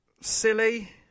silly